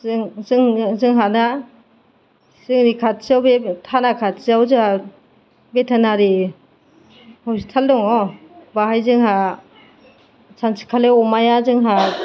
जोंहाना जोंनि खाथियाव बे थाना खाथियाव जोंहा भेटेनारि हस्पिटाल दङ बेवहाय जोंहा सानसेखालि अमाया जोंहा